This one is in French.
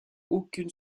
aucune